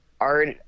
art